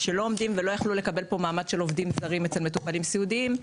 ולא יכלו לקבל כאן מעמד של עובדים זרים אצל מטופלים סיעודיים,